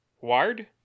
Ward